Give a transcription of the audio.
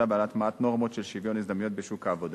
ועל הטמעת נורמות של שוויון הזדמנויות בשוק העבודה.